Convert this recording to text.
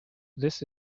this